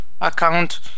account